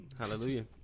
Hallelujah